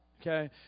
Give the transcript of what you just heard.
Okay